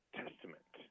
testament